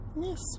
yes